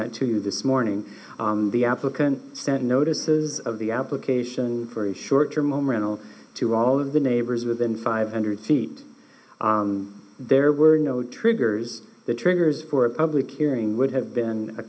that to you this morning the applicant sent notices of the application for a short term home rental to all of the neighbors within five hundred feet there were no triggers the triggers for a public hearing would have been a